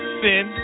sin